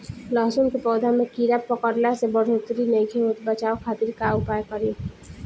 लहसुन के पौधा में कीड़ा पकड़ला से बढ़ोतरी नईखे होत बचाव खातिर का उपाय करी?